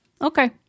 Okay